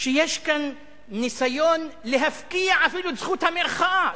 שיש כאן ניסיון להפקיע אפילו את זכות המחאה,